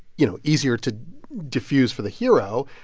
you know, easier to diffuse for the hero.